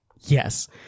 Yes